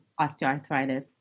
osteoarthritis